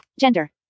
Gender